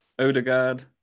Odegaard